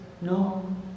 no